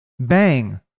Bang